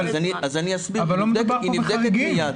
אבל לא מדובר פה בחריגים.